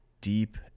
deep